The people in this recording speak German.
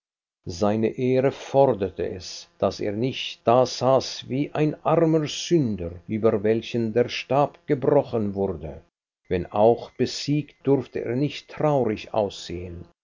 seine ehre forderte es daß er nicht dasaß wie ein armer sünder über welchen der stab gebrochen wurde wenn auch besiegt durfte er nicht traurig aussehen